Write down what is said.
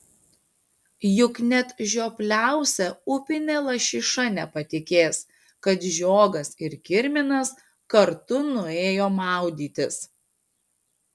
juk net žiopliausia upinė lašiša nepatikės kad žiogas ir kirminas kartu nuėjo maudytis